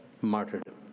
martyrdom